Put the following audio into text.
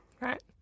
Right